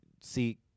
see